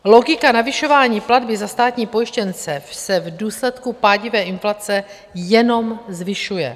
Logika navyšování platby za státní pojištěnce se v důsledku pádivé inflace jenom zvyšuje.